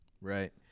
Right